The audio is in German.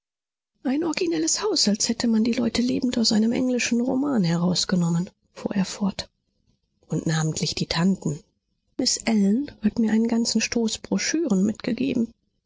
ein originelles haus als hätte man die leute lebend aus einem englischen roman herausgenommen fuhr er fort und namentlich die tanten miß ellen hat mir einen ganzen stoß broschüren mitgegeben